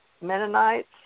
Mennonites